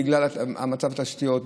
בגלל מצב התשתיות,